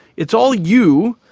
it's all you,